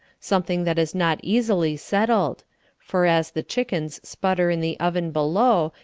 something that is not easily settled for as the chickens sputter in the oven below,